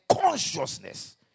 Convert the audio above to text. consciousness